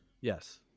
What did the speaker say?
Yes